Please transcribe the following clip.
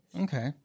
okay